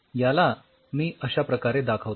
याला मी अश्याप्रकारे दाखवतो